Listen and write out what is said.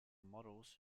models